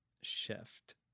shift